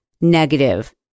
negative